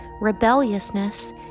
rebelliousness